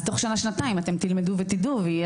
אז תוך שנה-שנתיים אתם תלמדו ותדעו ויהיה